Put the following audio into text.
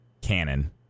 canon